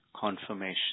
confirmation